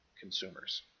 consumers